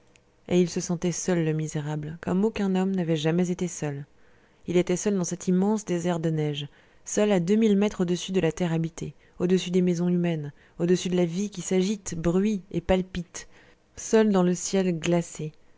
et il se sentait seul le misérable comme aucun homme n'avait jamais été seul il était seul dans cet immense désert de neige seul à deux mille mètres au-dessus de la terre habitée au-dessus des maisons humaines au-dessus de la vie qui s'agite bruit et palpite seul dans le ciel glacé